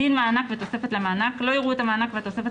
דין מענק ותוספת למענק לא יראו את המענק והתוספת